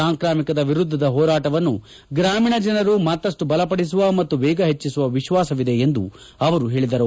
ಸಾಂಕ್ರಾಮಿಕದ ವಿರುದ್ದದ ಹೋರಾಟವನ್ನು ಗ್ರಾಮೀಣ ಜನರು ಮತ್ತಷ್ಟು ಬಲಪಡಿಸುವ ಮತ್ತು ವೇಗ ಹೆಚ್ಚಿಸುವ ವಿಶ್ವಾಸವಿದೆ ಎಂದು ಅವರು ಹೇಳಿದರು